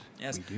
Yes